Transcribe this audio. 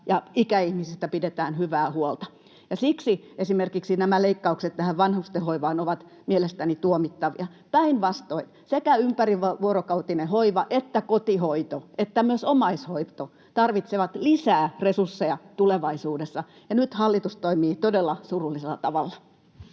ikäihmisistä pidetään hyvää huolta. Siksi esimerkiksi nämä leikkaukset vanhustenhoivaan ovat mielestäni tuomittavia. Päinvastoin sekä ympärivuorokautinen hoiva että kotihoito että myös omaishoito tarvitsevat lisää resursseja tulevaisuudessa, ja nyt hallitus toimii todella surullisella tavalla.